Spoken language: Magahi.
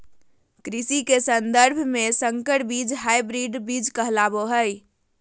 कृषि के सन्दर्भ में संकर बीज हायब्रिड बीज कहलाबो हइ